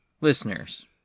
Listeners